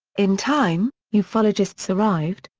in time, yeah ufologists arrived,